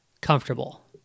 comfortable